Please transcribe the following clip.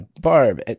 Barb